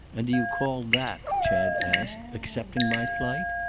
and do you call that, chad asked, accepting my flight?